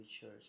church